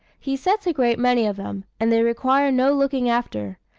he sets a great many of them, and they require no looking after.